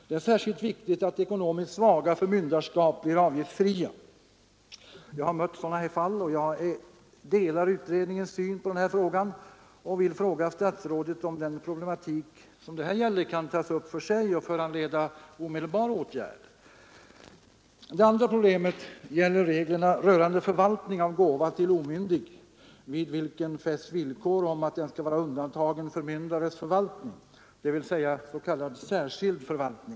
Det är särskilt viktigt att ekonomiskt svaga förmynderskap blir avgiftsfria. Jag har mött sådana här fall, och jag delar utredningens syn på denna fråga och vill fråga statsrådet om denna problematik kan tas upp för sig och föranleda omedelbar åtgärd. Det andra problemet gäller reglerna rörande förvaltning av gåva som lämnas till omyndig och vid vilken fästs villkor om att den skall vara undantagen förmyndarens förvaltning, s.k. särskild förvaltning.